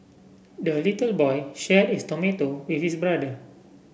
the little boy shared his tomato with his brother